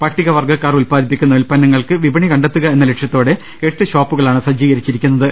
പട്ടിക വർഗ്ഗക്കാർ ഉത്പാദിപ്പിക്കുന്ന ഉൽപന്നങ്ങൾക്ക് വിപണി കണ്ടെത്തുക എന്ന ലക്ഷ്യത്തോടെ എട്ട് ഷോപ്പുകളാണ് സജ്ജീകരിച്ചിട്ടുള്ളത്